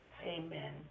Amen